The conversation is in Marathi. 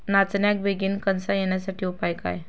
नाचण्याक बेगीन कणसा येण्यासाठी उपाय काय?